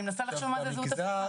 אני מנסה לחשוב מה זה זהות הפוכה.